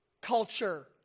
culture